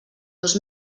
dos